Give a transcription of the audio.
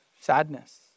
sadness